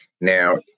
Now